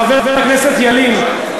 חבר הכנסת ילין,